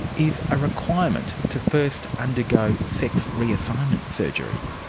is a requirement to first undergo sex reassignment surgery.